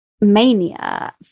mania